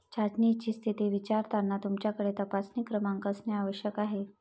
चाचणीची स्थिती विचारताना तुमच्याकडे तपासणी क्रमांक असणे आवश्यक आहे